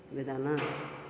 बेदाना